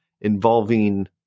involving